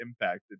impacted